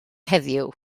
heddiw